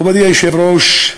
מכובדי היושב-ראש,